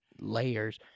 layers